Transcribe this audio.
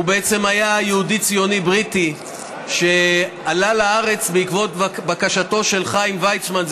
הוא בעצם היה יהודי ציוני בריטי שעלה לארץ בעקבות בקשתו של חיים ויצמן,